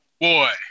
boy